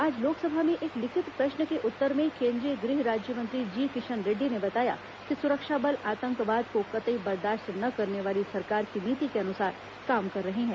आज लोकसभा में एक लिखित प्रश्न के उत्तर में केंद्रीय गृह राज्यमंत्री जी किशन रेड्डी ने बताया कि सुरक्षा बल आतंकवाद को कतई बर्दाश्त न करने वाली सरकार की नीति के अनुसार काम कर रहे हैं